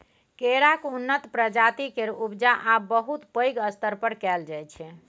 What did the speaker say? केराक उन्नत प्रजाति केर उपजा आब बहुत पैघ स्तर पर कएल जाइ छै